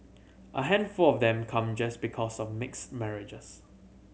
a handful of them come because of mixed marriages